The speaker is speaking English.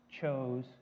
chose